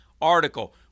article